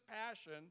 passion